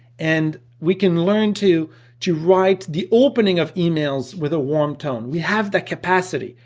and we can learn to to write the opening of emails with a warm tone, we have that capacity,